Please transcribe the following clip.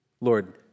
Lord